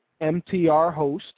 mtrhost